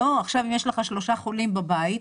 אם יש לך שלושה חולים בבית,